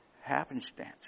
happenstance